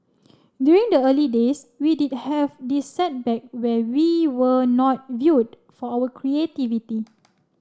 during the early days we did have this setback where we were not viewed for our creativity